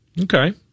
Okay